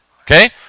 okay